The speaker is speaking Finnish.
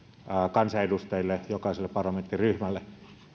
kansanedustajille jokaiselle parlamenttiryhmälle